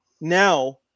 Now